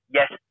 Yes